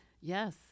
Yes